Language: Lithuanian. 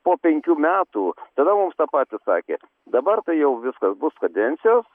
po penkių metų tada mums tą patį sakė dabar tai jau viskas bus kadencijos